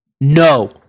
no